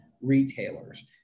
retailers